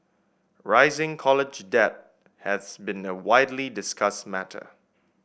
rising college debt has been a widely discussed matter